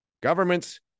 Governments